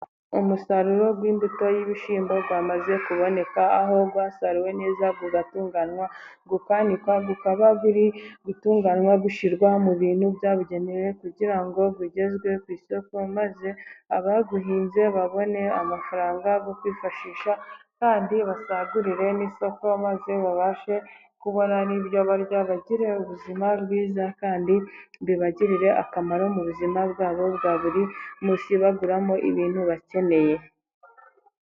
Umusaruro w'imbuto y'ibishyimbo wamaze kuboneka. Aho wasaruwe neza bukawutunganya ukanikwa. Ukaba uri gutunganywa ushyirwa mu bintu byabugenewe, kugira ngo ugezwe ku isoko, maze abawuhinze babone amafaranga yo kwifashisha, kandi basagurire n'isoko, maze babashe kubona ibyo barya bagire ubuzima bwiza, kandi bibagirire akamaro mu buzima bwabo bwa buri munsi. Baguramo ibintu bakeneye.